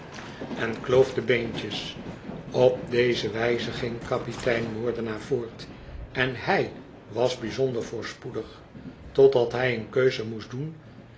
en kloof de beentjes op deze wijze ging kapitein moordenaar voort en h ij was bijzonder voorspoedig totdat hij een keuze moest doen